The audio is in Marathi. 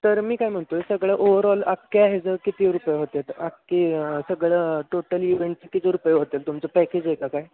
तर मी काय म्हणतो आहे सगळं ओवरऑल अख्ख्या ह्याचं किती रुपये होतात अख्खी सगळं टोटल इवेंटचं किती रुपये होतात तुमचं पॅकेज हाय का काय